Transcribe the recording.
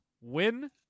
win